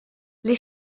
les